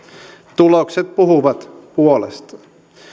tulokset puhuvat puolestaan